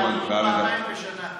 ולהגיד שהם יעברו פעמיים בשנה טסט.